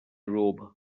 robe